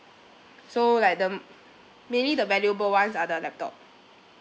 so like the mm mainly the valuable ones are the laptop